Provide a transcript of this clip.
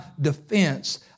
defense